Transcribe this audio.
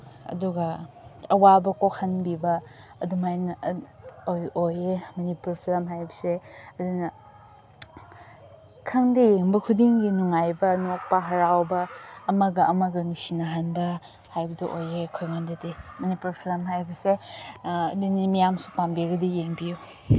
ꯑꯗꯨꯒ ꯑꯋꯥꯕ ꯀꯣꯛꯍꯟꯕꯤꯕ ꯑꯗꯨꯃꯥꯏꯅ ꯑꯣꯏꯌꯦ ꯃꯅꯤꯄꯨꯔ ꯐꯤꯂꯝ ꯍꯥꯏꯕꯁꯦ ꯑꯗꯨꯅ ꯈꯪꯗꯦ ꯌꯦꯡꯕ ꯈꯨꯗꯤꯡꯒꯤ ꯅꯨꯡꯉꯥꯏꯕ ꯅꯣꯛꯄ ꯍꯔꯥꯎꯕ ꯑꯃꯒ ꯑꯃꯒ ꯅꯨꯡꯁꯤꯅꯍꯟꯕ ꯍꯥꯏꯕꯗꯨ ꯑꯣꯏꯌꯦ ꯑꯩꯈꯣꯏꯉꯣꯟꯗꯗꯤ ꯃꯅꯤꯄꯨꯔ ꯐꯤꯂꯝ ꯍꯥꯏꯕꯁꯦ ꯅꯤꯅꯤ ꯃꯌꯥꯝꯁꯨ ꯄꯥꯝꯕꯤꯔꯗꯤ ꯌꯦꯡꯕꯤꯌꯨ